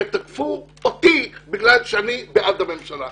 שתקפו אותי בגלל שאני בעד הממשלה.